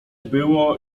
było